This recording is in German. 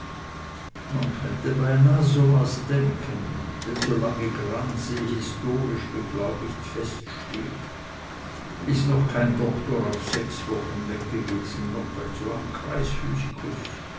man könnte beinahe so was denken denn solange gransee historisch beglaubigt dasteht ist noch kein doktor auf sechs wochen weg gewesen noch dazu ein